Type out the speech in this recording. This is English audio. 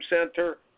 Center